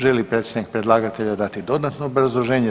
Želi li predstavnik predlagatelja dati dodatno obrazloženje?